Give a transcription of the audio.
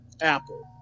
apple